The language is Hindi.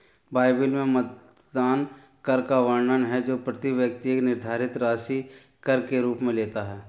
बाइबिल में मतदान कर का वर्णन है जो प्रति व्यक्ति एक निर्धारित राशि कर के रूप में लेता है